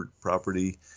property